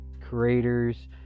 creators